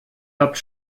habt